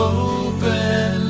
open